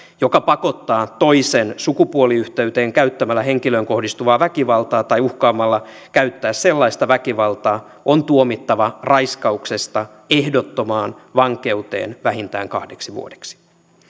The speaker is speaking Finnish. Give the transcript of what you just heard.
joka pakottaa toisen sukupuoliyhteyteen käyttämällä henkilöön kohdistuvaa väkivaltaa tai uhkaamalla käyttää sellaista väkivaltaa on tuomittava raiskauksesta ehdottomaan vankeuteen vähintään kahdeksi vuodeksi